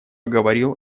говорил